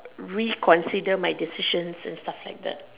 reconsider my decisions and stuff like that